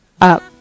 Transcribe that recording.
up